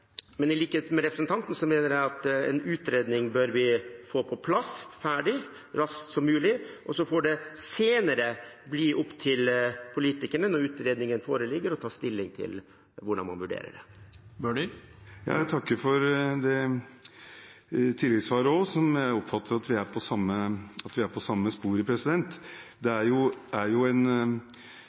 Men i likhet med representanten mener jeg at en utredning bør vi få på plass og ferdig så raskt som mulig. Så får det senere bli opp til politikerne – når utredningen foreligger – å ta stilling til hvordan man vurderer det. Jeg takker for tilleggssvaret – som jeg oppfatter slik at vi er på det samme sporet. Det er et faktum at når det